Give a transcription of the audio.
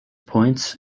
points